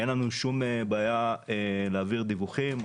אין לנו שום בעיה להעביר דיווחים,